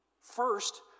First